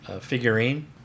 figurine